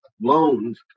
loans